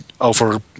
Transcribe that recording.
over